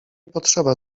potrzeba